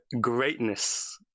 greatness